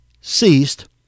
ceased